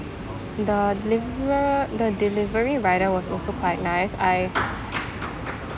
the deliver the delivery rider was also quite nice I